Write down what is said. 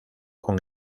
con